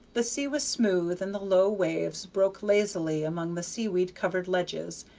the sea was smooth and the low waves broke lazily among the seaweed-covered ledges,